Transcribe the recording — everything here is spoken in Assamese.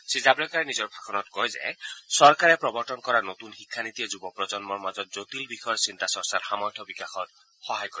শ্ৰীজাবড়েকাৰে নিজৰ ভাষণত কয় যে চৰকাৰে প্ৰৱৰ্তন কৰা নতুন শিক্ষা নীতিয়ে যুৱ প্ৰজন্মৰ মাজত জটিল বিষয়ৰ চিন্তা চৰ্চাৰ সামৰ্থ্য বিকাশত সহায় কৰিব